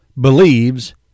believes